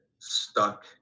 stuck